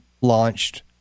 launched